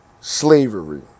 slavery